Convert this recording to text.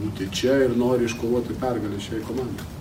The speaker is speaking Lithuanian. būti čia ir nori iškovoti pergalę šiai komandai